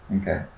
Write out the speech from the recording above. Okay